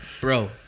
Bro